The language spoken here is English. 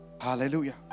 Hallelujah